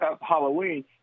Halloween